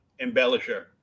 embellisher